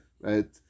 Right